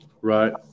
Right